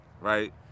Right